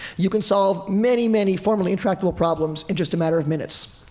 you can solve many many formerly intractable problems in just a matter of minutes.